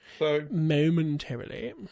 momentarily